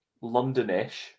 London-ish